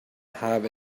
have